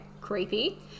creepy